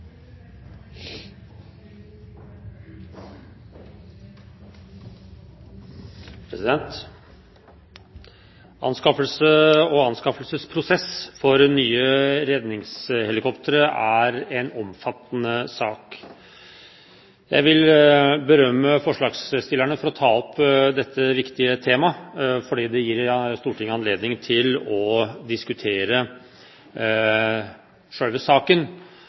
Anskaffelse av og anskaffelsesprosess for nye redningshelikoptre er en omfattende sak. Jeg vil berømme forslagsstillerne for å ta opp dette viktige temaet, for det gir Stortinget anledning til å diskutere selve saken.